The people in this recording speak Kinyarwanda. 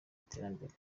iterambere